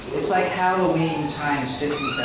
it's like halloween times